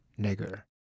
nigger